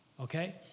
okay